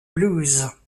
blues